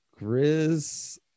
Grizz